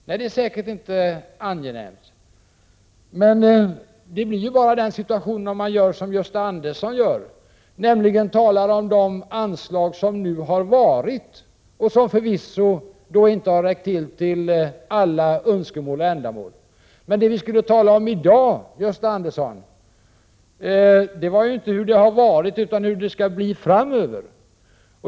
Nej, det är säkert inte angenämt, men situationen blir sådan om man gör som Gösta Andersson gör, nämligen talar om de anslag som har varit och som förvisso inte har räckt till för alla önskemål och ändamål. Men det vi skall tala om i dag, Gösta Andersson, är inte hur det har varit utan hur det skall bli framöver.